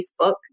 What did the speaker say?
Facebook